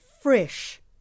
fresh